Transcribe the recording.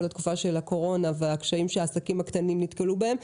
התקופה של הקורונה והקשיים שהעסקים הקטנים נתקלו בהם.